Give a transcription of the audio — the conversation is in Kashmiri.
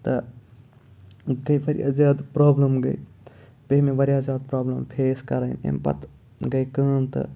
تہٕ گٔے واریاہ زیادٕ پرٛابلِم گٔے پے مےٚ واریاہ زیادٕ پرٛابلِم فیس کَرٕنۍ امہِ پَتہٕ گٔے کٲم تہٕ